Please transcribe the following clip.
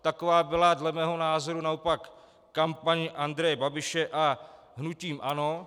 Taková byla dle mého názoru naopak kampaň Andreje Babiše a hnutí ANO.